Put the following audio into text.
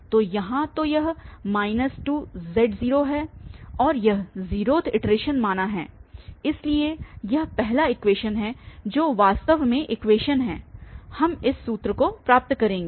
तो यहाँ तो यह 2z है और यह 0th इटरेशन मान है इसलिए यह पहला इक्वेशन है जो वास्तव में इक्वेशन है हम इस सूत्र से प्राप्त करेंगे